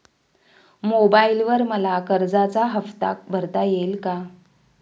मोबाइलवर मला कर्जाचा हफ्ता भरता येईल का?